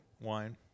wine